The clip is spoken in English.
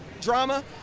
Drama